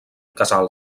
casal